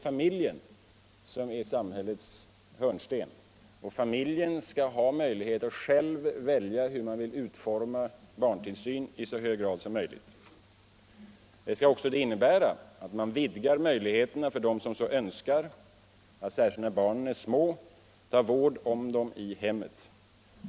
Familjen skall i så hög grad som möjligt kunna själv välja hur man vill utforma barntillsynen. Det skall innebära att man vidgar möjligheterna för dem som så önskar att särskilt när barnen är små ta vård om dem i hemmet.